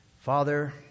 Father